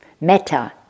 meta